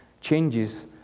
changes